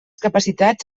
capacitats